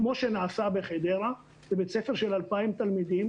כפי שנעשה בחדרה עם בית ספר של 2,000 תלמידים.